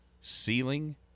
Ceiling